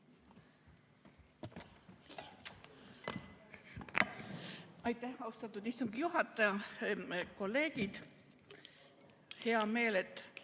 Aitäh, austatud istungi juhataja! Kolleegid! Hea meel, et